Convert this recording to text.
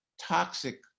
toxic